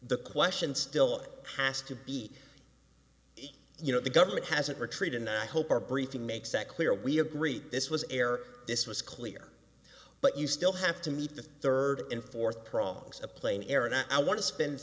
the question still passed to be you know the government hasn't retreated and i hope our briefing makes that clear we agree this was air this was clear but you still have to meet the third and fourth progs a plane air and i want to spend